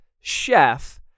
chef